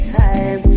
time